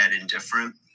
indifferent